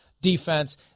defense